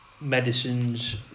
medicines